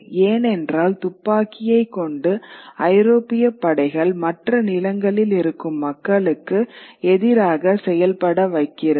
ஏனென்றால் துப்பாக்கியைக் கொண்டு ஐரோப்பியப் படைகள் மற்ற நிலங்களில் இருக்கும் மக்களுக்கு எதிராக செயல்பட வைக்கிறது